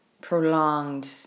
prolonged